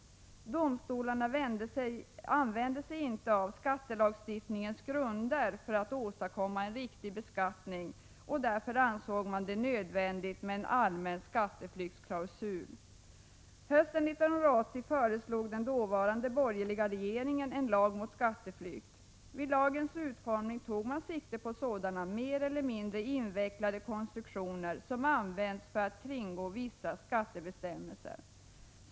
Domstolarna använde sig inte av skattelagstiftningens grunder för att åstadkomma en riktig beskattning, och därför ansåg man det nödvändigt med en allmän skatteflyktsklausul. Hösten 1980 föreslog den dåvarande borgerliga regeringen en lag mot skatteflykt. Vid lagens utformning tog man sikte på sådana mer eller mindre invecklade konstruktioner som använts för att kringgå vissa skattebestämmelser.